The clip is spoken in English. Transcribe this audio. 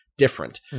different